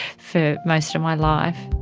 for most of my life.